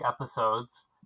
episodes